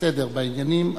סדר בעניינים.